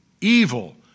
evil